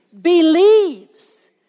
Believes